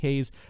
Ks